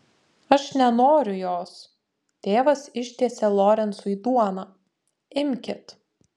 aš nenoriu jos tėvas ištiesė lorencui duoną imkit